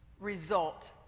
result